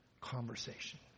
conversation